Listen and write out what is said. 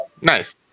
Nice